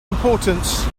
importance